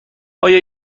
آیا